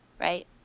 Right